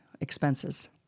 expenses